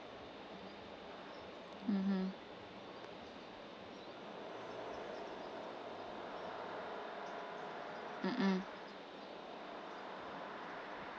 mmhmm mm mm